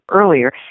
earlier